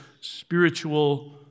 spiritual